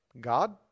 God